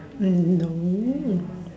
no